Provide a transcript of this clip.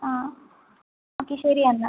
ആ ഓക്കേ ശരി എന്നാൽ